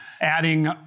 adding